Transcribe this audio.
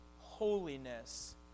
holiness